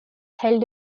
held